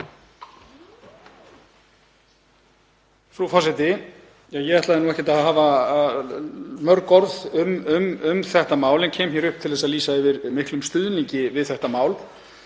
Frú forseti. Ég ætlaði nú ekkert að hafa mörg orð um þetta mál en kem hér upp til að lýsa yfir miklum stuðningi við það